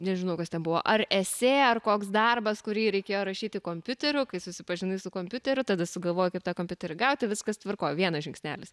nežinau kas ten buvo ar esė ar koks darbas kurį reikėjo rašyti kompiuteriu kai susipažinai su kompiuteriu tada sugalvojai kaip tą kompiuterį gauti viskas tvarkoj vienas žingsnelis